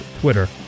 Twitter